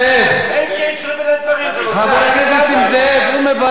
אין קשר בין הדברים, זה נושא אחר.